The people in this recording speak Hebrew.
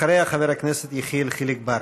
אחריה, חבר הכנסת יחיאל חיליק בר.